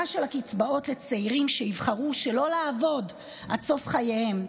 של הקצבאות לצעירים שיבחרו שלא לעבוד עד סוף חייהם,